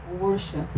worship